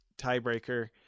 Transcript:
tiebreaker